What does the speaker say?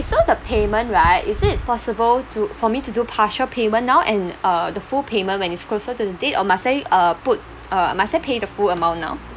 so the payment right is it possible to for me to do partial payment now and uh the full payment when it's closer to the date or must I uh put uh must I pay the full amount now